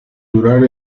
durar